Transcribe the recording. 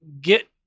get